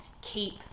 keep